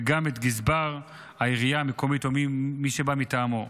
וגם את גזבר העירייה המקומית או מי שבא מטעמו.